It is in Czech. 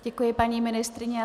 Děkuji, paní ministryně.